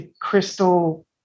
Crystal